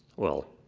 well,